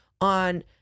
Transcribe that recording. on